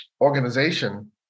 organization